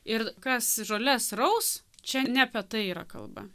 ir kas žoles raus čia ne apie tai yra kalba